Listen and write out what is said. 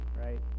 right